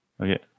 Okay